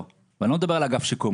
לאו דווקא בגלל אגף השיקום,